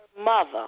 mother